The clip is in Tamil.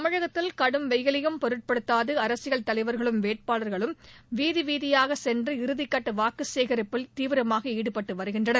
தமிழகத்தில் கடும் வெய்யிலையும் பொருட்படுத்தாது வேட்பாளா்களும் வீதி வீதியாக சென்று இறுதி கட்ட வாக்குசேகிப்பில் தீவிரமாக ஈடுபட்டு வருகின்றனர்